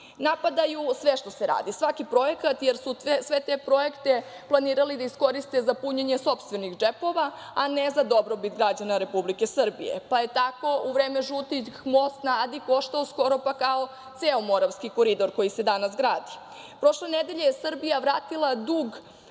Napadaju sve što se radi, svaki projekat, jer su sve te projekte planirali da iskoriste za punjenje sopstvenih džepova, a ne za dobrobit građana Republike Srbije, pa je tako u vreme žutih most na Adi koštao skoro pa kao ceo Moravski koridor koji se danas gradi. Prošle nedelje Srbija je vratila dug